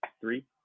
Three